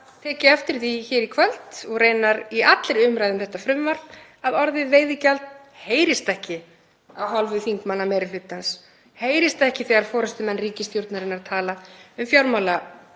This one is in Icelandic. enda tek ég eftir því hér í kvöld og reyndar í allri umræðu um þetta frumvarp að orðið veiðigjald heyrist ekki af hálfu þingmannameirihlutans, heyrist ekki þegar forystumenn ríkisstjórnarinnar tala um